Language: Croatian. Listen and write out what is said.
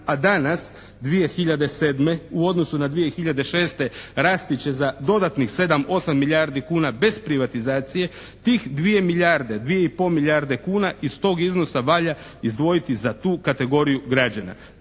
a danas 2007. u odnosu na 2006. rasti će za dodatnih sedam, osam milijardi kuna bez privatizacije, tih dvije milijarde, dvije i pol milijarde kuna iz tog iznosa valja izdvojiti za tu kategoriju građana.